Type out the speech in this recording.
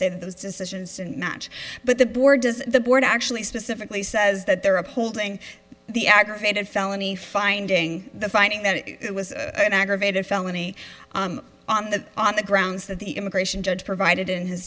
said those decisions and not but the board does the board actually specifically says that there upholding the aggravated felony finding the finding that it was an aggravated felony on the on the grounds that the immigration judge provided in his